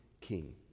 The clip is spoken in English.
king